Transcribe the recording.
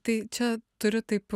tai čia turiu taip